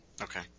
Okay